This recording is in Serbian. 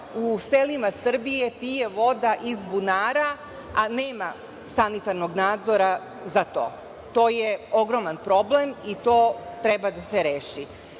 u selima Srbije pije voda iz bunara, a nema sanitarnog nadzora za to? To je ogroman problem i to treba da se